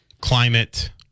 climate